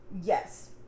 Yes